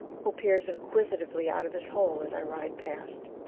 who peers inquisitively out of his hole as i ride past.